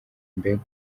mbega